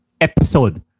episode